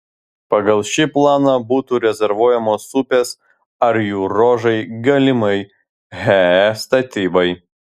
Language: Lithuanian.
pagal šį planą būtų rezervuojamos upės ar jų ruožai galimai he statybai